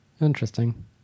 Interesting